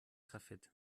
graphit